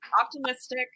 optimistic